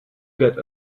get